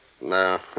No